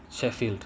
sheffield